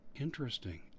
Interesting